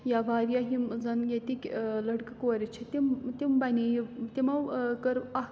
یا واریاہ یِم زَن ییٚتِکۍ لٔڑکہٕ کورِ چھِ تِم تِم بَنییہ تِمو کٔر اکھ